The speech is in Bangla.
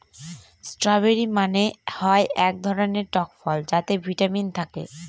স্ট্রওবেরি মানে হয় এক ধরনের টক ফল যাতে ভিটামিন থাকে